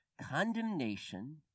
Condemnation